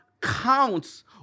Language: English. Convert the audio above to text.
counts